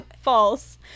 false